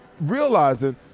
realizing